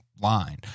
line